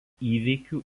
įvykių